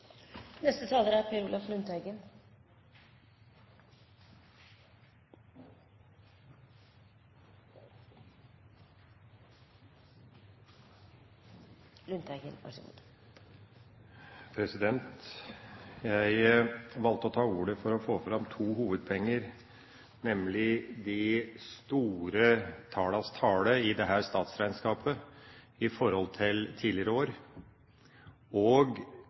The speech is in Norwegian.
Jeg valgte å ta ordet for å få fram to hovedpoenger – nemlig de store tallenes tale i dette statsregnskapet i forhold til tidligere år, og